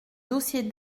dossier